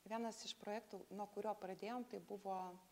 vienas iš projektų nuo kurio pradėjom tai buvo